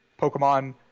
Pokemon